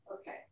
Okay